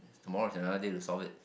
tomorrow is another day to solve it